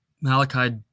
Malachi